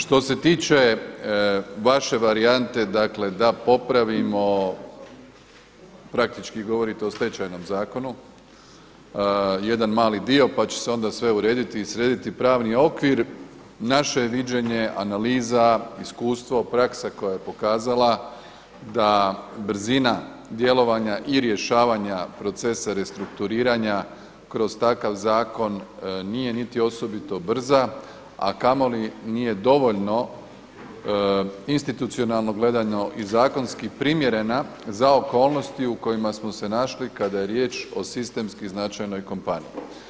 Što se tiče vaše varijante dakle da popravimo, praktički govorite o Stečajnom zakonu, jedan mali dio pa će se onda sve urediti i srediti, pravni je okvir, naše je viđenje analiza, iskustvo, praksa koja je pokazala da brzina djelovanja i rješavanja procesa restrukturiranja kroz takav zakon nije niti osobito brza, a kamoli nije dovoljno institucionalno gledano i zakonski primjerena za okolnosti u kojima smo se našli kada je riječ o sistemski značajnoj kompaniji.